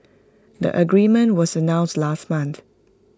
the agreement was announced last month